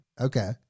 Okay